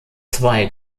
zwei